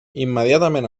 immediatament